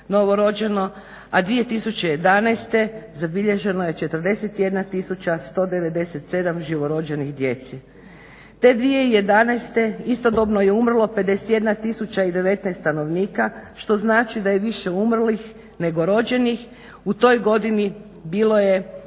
a 2011.zabilježeno je 41 tisuća 197 živorođene djece. Te 2011.istodobno je umrlo 51 tisuća i 19 stanovnika, što znači da je više umrlih nego rođeni. U toj godini bilo je